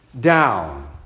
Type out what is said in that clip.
down